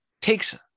takes